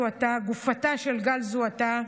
גופתה של גל זוהתה.